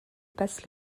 passe